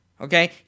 Okay